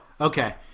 Okay